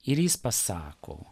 ir jis pasako